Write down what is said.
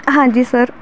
ਹਾਂਜੀ ਸਰ